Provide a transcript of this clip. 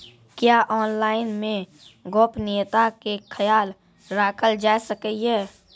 क्या ऑनलाइन मे गोपनियता के खयाल राखल जाय सकै ये?